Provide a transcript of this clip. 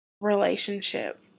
relationship